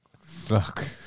Fuck